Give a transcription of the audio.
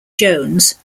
jones